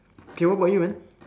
K what about you man